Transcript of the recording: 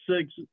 six